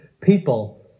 people